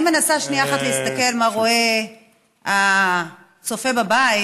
אני מנסה שנייה אחת להסתכל מה רואה הצופה בבית,